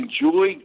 enjoy